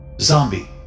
Zombie